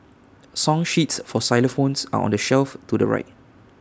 song sheets for xylophones are on the shelf to the right